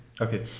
Okay